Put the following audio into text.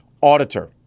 Auditor